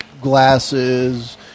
glasses